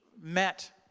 met